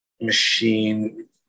machine